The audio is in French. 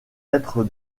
être